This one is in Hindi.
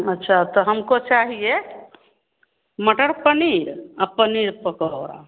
अच्छा तो हमको चाहिए मटर पनीर और पनीर पकोड़ा